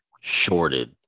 shorted